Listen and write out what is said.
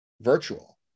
virtual